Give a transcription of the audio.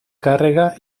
càrrega